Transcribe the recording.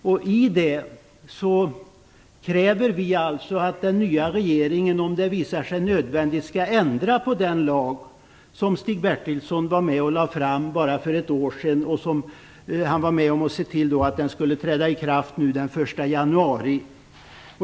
Vi kräver alltså att den nya regeringen, om det visar sig nödvändigt, skall ändra på den lag som Stig Bertilsson var med om att lägga fram för bara ett år sedan och såg till skulle träda i kraft den 1 januari.